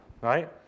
Right